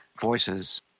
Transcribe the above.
voices